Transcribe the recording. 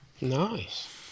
Nice